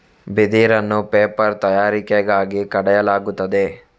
ಬಿದಿರನ್ನು ಪೇಪರ್ ತಯಾರಿಕೆಗಾಗಿ ಕಡಿಯಲಾಗುತ್ತದೆ